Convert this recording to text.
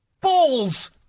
balls